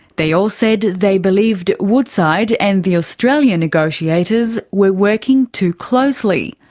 they all said they believed woodside and the australian negotiators were working too closely.